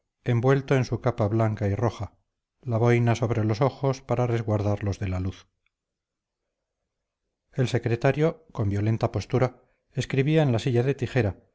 envuelto en su capa blanca y roja la boina sobre los ojos para resguardarlos de la luz el secretario con violenta postura escribía en la silla de tijera